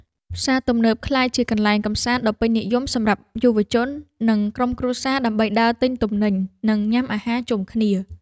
ផ្សារទំនើបក្លាយជាកន្លែងកម្សាន្តដ៏ពេញនិយមសម្រាប់យុវជន និងក្រុមគ្រួសារដើម្បីដើរទិញទំនិញ និងញ៉ាំអាហារជុំគ្នា។